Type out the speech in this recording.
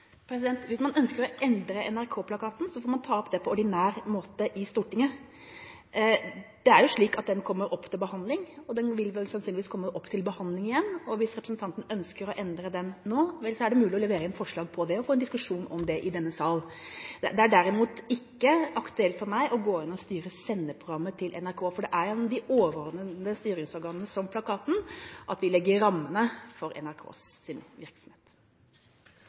Hvis man ønsker å endre NRK-plakaten, får man ta opp det på ordinær måte i Stortinget. Det er jo slik at den kommer opp til behandling, og den vil vel sannsynligvis komme opp til behandling igjen. Hvis representanten ønsker å endre den nå – vel, så er det mulig å levere inn forslag og få en diskusjon om det i denne sal. Det er derimot ikke aktuelt for meg å gå inn og styre sendeprogrammet til NRK, for det er gjennom de overordnede styringsorganene, som plakaten, vi legger rammene for NRKs virksomhet.